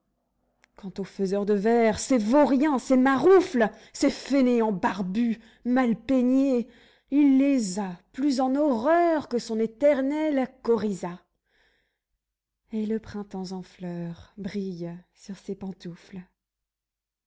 quant aux faiseurs de vers ces vauriens ces maroufles ces fainéants barbus mal peignés il les a plus en horreur que son éternel coryza et le printemps en fleurs brille sur ses pantoufles